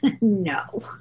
No